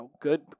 good